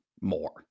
more